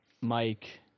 Mike